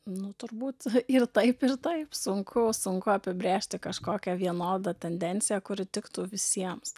nu turbūt ir taip ir taip sunku sunku apibrėžti kažkokią vienodą tendenciją kuri tiktų visiems